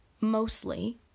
mostly